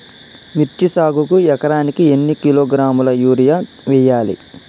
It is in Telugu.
మిర్చి సాగుకు ఎకరానికి ఎన్ని కిలోగ్రాముల యూరియా వేయాలి?